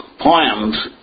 poems